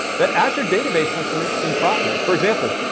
that azure database has some interesting properties. for example,